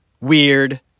Weird